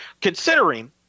considering